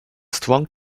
strong